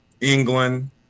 England